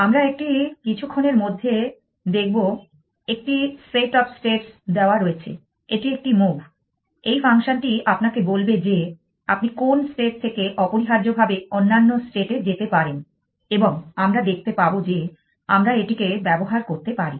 আমরা একটি কিছুক্ষণের মধ্যে দেখব একটি সেট অফ স্টেটস দেওয়া রয়েছে এটি একটি মুভ এই ফাংশনটি আপনাকে বলবে যে আপনি কোন স্টেট থেকে অপরিহার্যভাবে অন্যান্য স্টেটে যেতে পারেন এবং আমরা দেখতে পাব যে আমরা এটিকে ব্যবহার করতে পারি